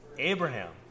Abraham